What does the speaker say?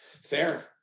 fair